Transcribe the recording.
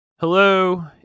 Hello